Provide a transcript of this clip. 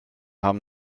haben